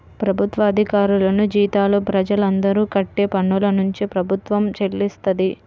ప్రభుత్వ అధికారులకు జీతాలు ప్రజలందరూ కట్టే పన్నునుంచే ప్రభుత్వం చెల్లిస్తది